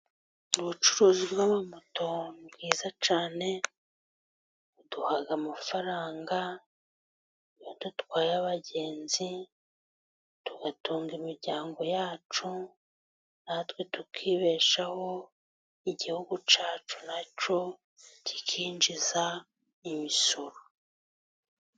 Ubucuruzi bw'ama moto ni bwiza cyane buduha amafaranga iya dutwaye abagenzi tugatunga imiryango yacu natwe tukibeshaho, igihugu cyacu nacyo kikinjiza imisoro.